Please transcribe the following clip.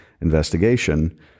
investigation